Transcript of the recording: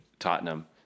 Tottenham